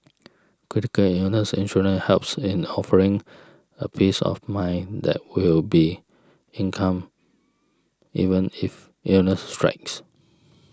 critical illness insurance helps in offering a peace of mind that will be income even if illnesses strikes